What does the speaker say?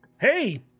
Hey